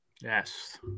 Yes